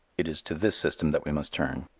it is to this system that we must turn.